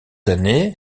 années